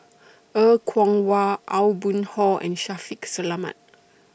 Er Kwong Wah Aw Boon Haw and Shaffiq Selamat